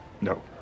No